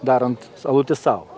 darant alutį sau